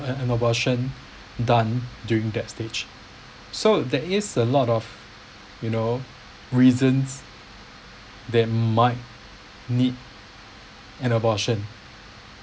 an an abortion done during that stage so there is a lot of you know reasons that might need an abortion